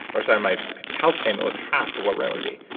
or sorry, my house payment was half of what rent would be.